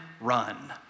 run